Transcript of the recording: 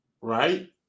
right